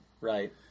right